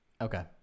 Okay